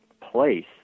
place